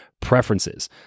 preferences